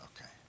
okay